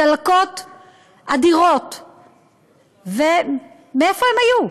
צלקות אדירות, ומאיפה הם היו?